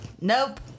nope